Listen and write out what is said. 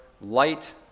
light